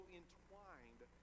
entwined